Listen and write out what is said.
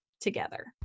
together